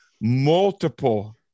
multiple